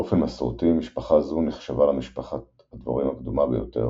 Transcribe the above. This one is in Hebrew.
באופן מסורתי משפחה זו נחשבה למשפחת הדבורים הקדומה ביותר,